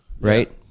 Right